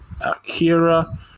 Akira